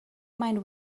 mind